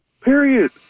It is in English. Period